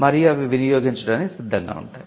మరియు అవి వినియోగించడానికి సిద్ధంగా ఉంటాయి